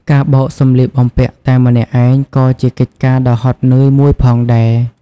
ការបោកសម្លៀកបំពាក់តែម្នាក់ឯងក៏ជាកិច្ចការដ៏ហត់នឿយមួយផងដែរ។